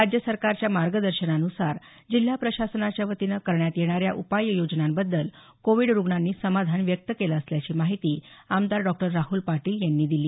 राज्य सरकारच्या मार्गदर्शनान्सार जिल्हा प्रशासनाच्या वतीनं करण्यात येणाऱ्या उपाययोजनांबद्दल कोविड रुग्णांनी समाधान व्यक्त केलं असल्याची माहिती आमदार डॉक्टर राहुल पाटील यांनी दिली